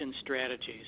strategies